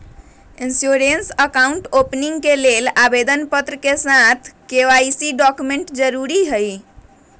insurance account opening के लेल आवेदन पत्र के साथ के.वाई.सी डॉक्यूमेंट जरुरी हइ